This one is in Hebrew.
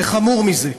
וחמור מזה,